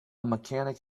mechanic